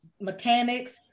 mechanics